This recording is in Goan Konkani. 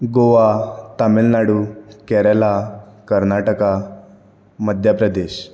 गोवा तामिलनाडू केरला कर्नाटका मध्यप्रदेश